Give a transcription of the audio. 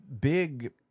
big